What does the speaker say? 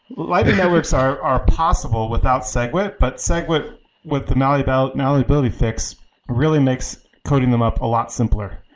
lightning networks are are possible without segwit, but segwit with the malleability malleability fix really makes coding them up a lot simpler.